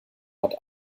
hat